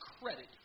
credit